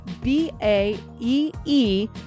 B-A-E-E